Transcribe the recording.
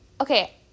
okay